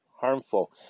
harmful